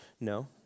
No